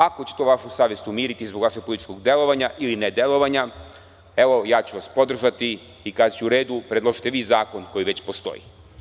Ako će to vašu savest umiriti zbog vašeg političkog delovanja ili nedelovanja, ja ću vas podržati i kazaću – u redu, predložite vi zakon koji već postoji.